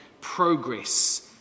progress